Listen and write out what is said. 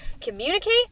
Communicate